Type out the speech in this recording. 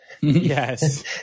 Yes